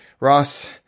Ross –